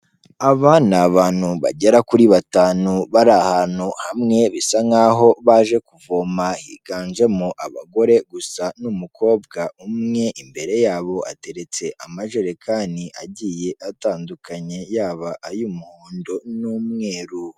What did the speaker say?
Aba ni abantu bagera kuri batanu, bari ahantu hamwe, bisa nk'aho baje kuvoma, higanjemo abagore gusa n'umukobwa umwe, imbere yabo hateretse amajerekani agiye atandukanye, yaba ay'umuhondo n'umweru.